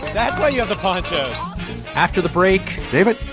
that's why you have the ponchos after the break. david,